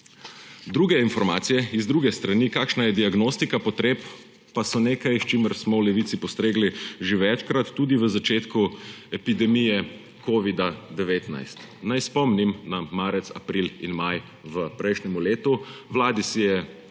Druge informacije, z druge strani, kakšna je diagnostika potreb, pa so nekaj, s čimer smo v Levici postregli že večkrat, tudi v začetku epidemije covida-19. Naj spomnim na marec, april in maj v prejšnjem letu. Vladi se je